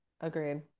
Agreed